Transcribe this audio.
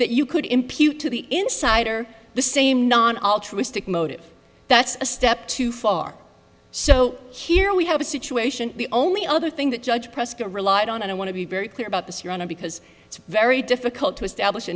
that you could impute to the insider the same non altruistic motive that's a step too far so here we have a situation the only other thing that judge prescott relied on and i want to be very clear about this your honor because it's very difficult to establish a